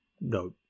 no